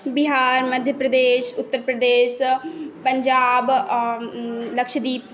Bihar Madhya Pradesh Uttar Pradesh Punjab Lakshadweep